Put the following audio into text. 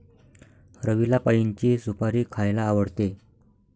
रवीला पाइनची सुपारी खायला आवडते